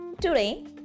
Today